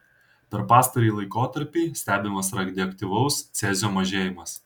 per pastarąjį laikotarpį stebimas radioaktyvaus cezio mažėjimas